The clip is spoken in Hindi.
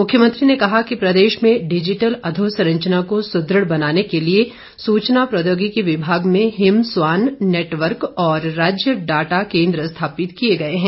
मुख्यमंत्री ने कहा कि प्रदेश में डिजिटल अधोसंरचना को सुदृढ बनाने के लिए सूचना प्रौद्योगिकी विभाग में हिम स्वान नैटवर्क और राज्य डाटा केंद्र स्थापित किए गए हैं